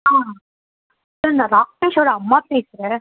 ஆ sir நான் ராக்கேஷோட அம்மா பேசுகிறேன்